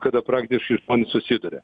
kada praktiškai susiduria